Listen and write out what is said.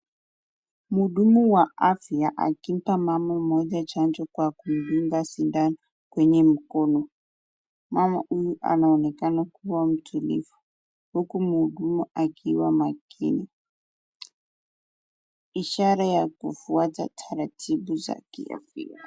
Mhudumu wa afya akimpa mama mmoja chanjo kwa kumdunga sindano kwenye mkono. Mama huyu anaonekana kuwa mtulivu huku mhudumu akiwa makini. Ishara ya kufuata taratibu za kiafya.